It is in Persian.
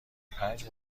پنج